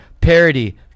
parody